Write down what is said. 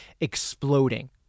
exploding